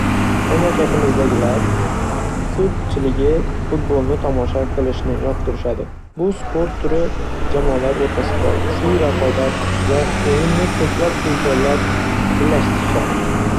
Mamlakatimizdagilar ko'pchiligi futbolni tomosha qilishni yoqtirishadi. Bu sport turi jamoalar o'rtasida kuchli raqobat va o'yinni ko'plab insonlar birlashtirishadi.